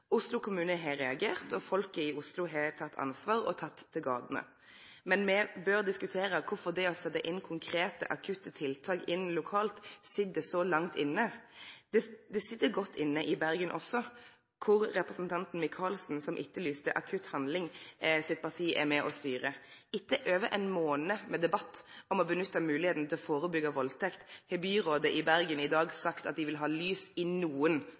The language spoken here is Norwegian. Oslo kommune har reagert, og folk i Oslo har teke ansvar og gått i gatene. Me bør diskutere kvifor det å setje inn konkrete akutte tiltak lokalt sit så langt inne. Det sit godt inne i Bergen også, der partiet til representanten Michaelsen, som etterlyste akutt handling, er med og styrer. Etter over ein månad med debatt, der me har nytta moglegheita til å førebyggje valdtekt, har byrådet i Bergen i dag sagt at dei vil ha lys